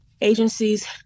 agencies